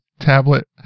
tablet